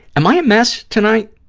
am i a mess tonight?